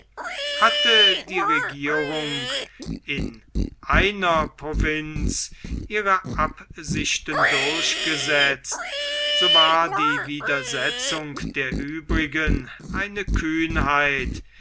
hatte die regierung in einer provinz ihre absichten durchgesetzt so war die widersetzung der übrigen eine kühnheit